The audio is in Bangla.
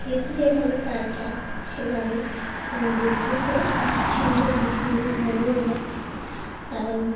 ঋতু যেভাবে পাল্টায় সেভাবে বিদ্যুৎও ছিন্ন বিচ্ছিন্ন হয়েও যায় কারণ